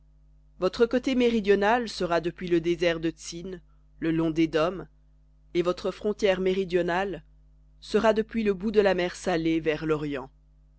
votre côté méridional sera depuis le désert de tsin le long d'édom et votre frontière méridionale sera depuis le bout de la mer salée vers l'orient